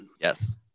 Yes